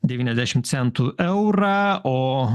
devyniasdešim centų eurą o